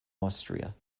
austria